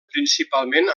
principalment